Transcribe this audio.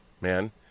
man